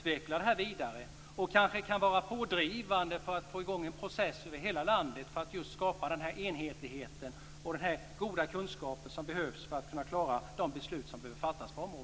Det kanske går att vara pådrivande för att få i gång en process över hela landet för att skapa enhetligheten och den kunskap som behövs för besluten på området.